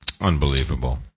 Unbelievable